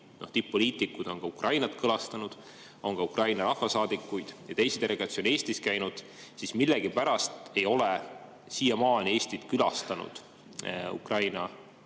tipp-poliitikud on Ukrainat külastanud, ka on Ukraina rahvasaadikuid ja teisi delegatsioone Eestis käinud, aga millegipärast ei ole siiamaani Eestit külastanud Ukraina